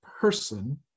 person